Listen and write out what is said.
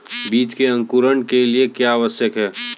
बीज के अंकुरण के लिए क्या आवश्यक है?